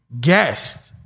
guest